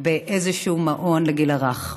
באיזשהו מעון לגיל הרך.